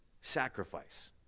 sacrifice